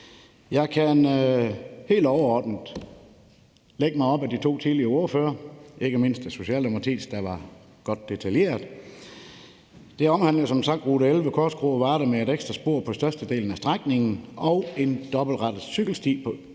Jeg kan helt overordnet lægge mig op ad de to tidligere ordførere, ikke mindst Socialdemokratiets, hvis tale var godt detaljeret. Det omhandler som sagt rute 11 ved Korskro og Varde med et ekstra spor på størstedelen af strækningen og en dobbeltrettet cykelsti på østsiden